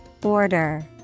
Border